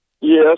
Yes